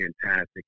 fantastic